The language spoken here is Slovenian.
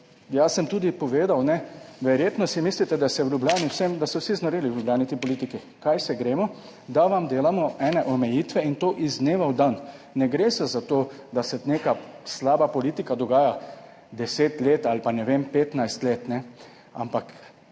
jaz sem tudi povedal, verjetno si mislite, da se je v Ljubljani vsem, da so vsi znoreli v Ljubljani te politiki, kaj se gremo, da vam delamo ene omejitve in to iz dneva v dan. Ne gre se za to, da se neka slaba politika dogaja 10 let ali pa, ne vem, 15 let ne, ampak